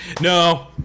no